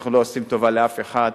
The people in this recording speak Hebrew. אנחנו לא עושים טובה לאף אחד.